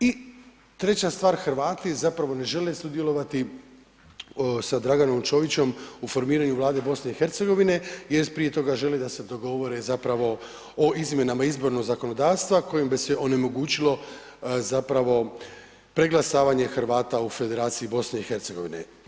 I treća stvar, Hrvati zapravo ne žele sudjelovati sa Draganom Čovićem u formiranju Vlade BiH-a jer prije toga je želio da se dogovore zapravo o izmjenama izbornog zakonodavstva kojim bi se onemogućilo zapravo preglasavanje Hrvata u Federaciji BiH-a.